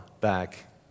back